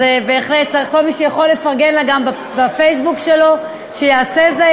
כל מי שיכול לפרגן לה גם בפייסבוק שלו, שיעשה זאת.